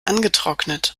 angetrocknet